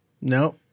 No